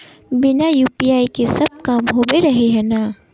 बिना यु.पी.आई के सब काम होबे रहे है ना?